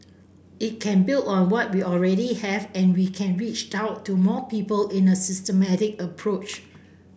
it can build on what we already have and we can reach out to more people in a systematic approach